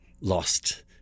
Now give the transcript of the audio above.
lost